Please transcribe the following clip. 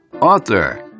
author